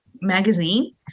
magazine